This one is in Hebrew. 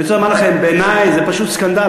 אני רוצה לומר לכם: בעיני זה פשוט סקנדל,